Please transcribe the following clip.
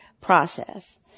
process